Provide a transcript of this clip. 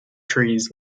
trees